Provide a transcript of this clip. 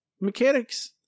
mechanics